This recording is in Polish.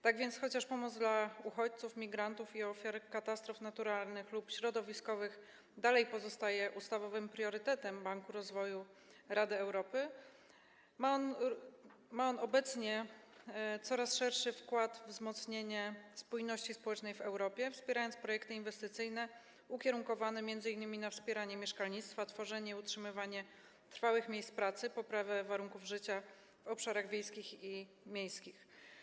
Tak więc chociaż pomoc dla uchodźców, migrantów i ofiar katastrof naturalnych lub środowiskowych nadal pozostaje ustawowym priorytetem Banku Rozwoju Rady Europy, ma on obecnie coraz szerszy wkład we wzmocnienie spójności społecznej w Europie poprzez wspieranie projektów inwestycyjnych ukierunkowanych m.in. na wspieranie mieszkalnictwa, tworzenie, utrzymywanie trwałych miejsc pracy, poprawę warunków życia na obszarach wiejskich i miejskich.